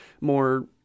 more